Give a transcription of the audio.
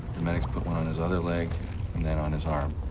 the medics put one on his other leg and then on his arm.